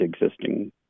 existing